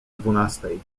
dwunastej